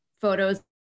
photos